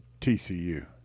TCU